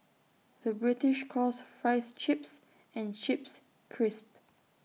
the British calls Fries Chips and Chips Crisps